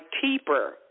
keeper